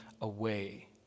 away